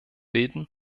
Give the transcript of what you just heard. bilden